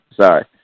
Sorry